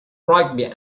rugby